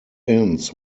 ins